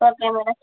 okay madam